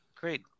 Great